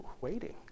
Waiting